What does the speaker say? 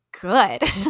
good